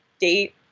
date